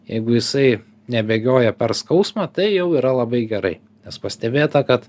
jeigu jisai nebėgioja per skausmą tai jau yra labai gerai nes pastebėta kad